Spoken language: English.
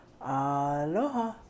Aloha